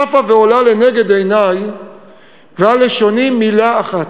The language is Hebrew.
צפה ועולה לנגד עיני ועל לשוני מילה אחת,